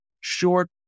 short